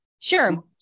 Sure